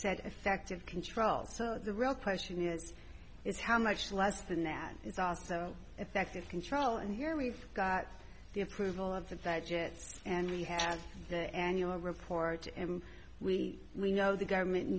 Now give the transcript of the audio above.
said effective control so the real question is is how much less than that it's also effective control and here we've got the approval of that that jets and we have the annual report and we you know the government